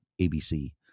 ABC